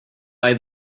buy